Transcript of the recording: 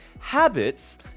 habits